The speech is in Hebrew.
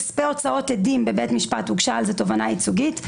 על כספי הוצאות עדים בבית משפט הוגשה תובענה ייצוגית,